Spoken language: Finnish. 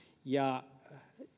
ja